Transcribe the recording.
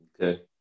Okay